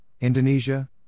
Indonesia